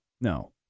No